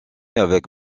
avec